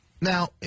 Now